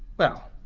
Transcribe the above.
well,